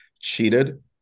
cheated